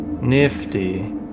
Nifty